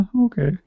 Okay